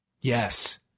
Yes